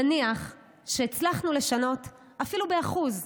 נניח שהצלחנו לשנות אפילו ב-1%,